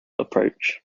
approach